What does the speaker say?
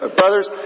brothers